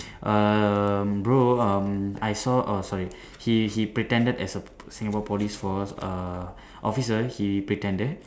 um bro um I saw oh sorry he he pretended as a Singapore police force uh officer he pretended